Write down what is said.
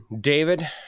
David